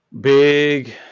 Big